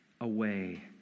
away